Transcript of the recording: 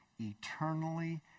eternally